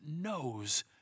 knows